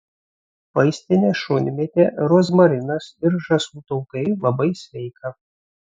vaistinė šunmėtė rozmarinas ir žąsų taukai labai sveika